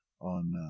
on